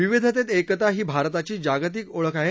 विविधतेत एकता ही भारताची जागतिक ओळख आहे